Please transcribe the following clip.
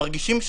מרגישים,